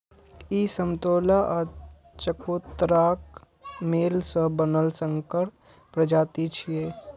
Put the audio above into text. ई समतोला आ चकोतराक मेल सं बनल संकर प्रजाति छियै